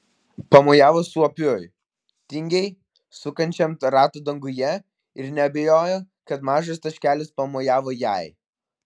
pamojavo suopiui tingiai sukančiam ratą danguje ir neabejojo kad mažas taškelis pamojavo jai